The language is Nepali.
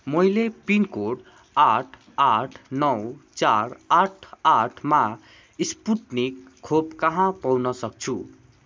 मैले पिन कोड आठ आठ नौ चार आठ आठमा स्पुट्निक खोप कहाँ पाउन सक्छु